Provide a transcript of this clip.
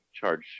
charge